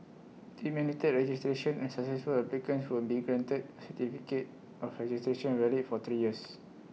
IT mandated registration and successful applicants would be granted A certificate of registration valid for three years